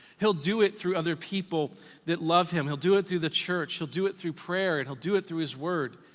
he'll do it through other people that love him, he'll do it through the church, he'll do it through prayer and he'll do it through his word.